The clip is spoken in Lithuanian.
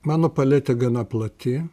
mano paletė gana plati